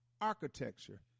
architecture